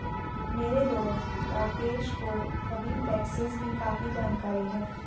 मेरे दोस्त राकेश को सभी टैक्सेस की काफी जानकारी है